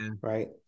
right